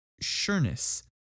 sureness